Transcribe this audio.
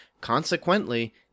consequently